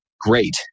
great